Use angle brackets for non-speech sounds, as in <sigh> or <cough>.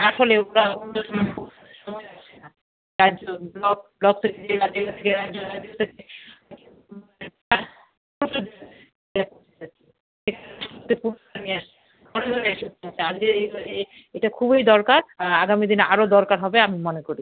আসলে ওগুলা <unintelligible> যার জন্য <unintelligible> এটা খুবই দরকার আর আগামী দিনে আরো দরকার হবে আমি মনে করি